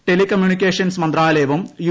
telecommunications മന്ത്രാലയവും U